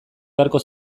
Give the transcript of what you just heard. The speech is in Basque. beharko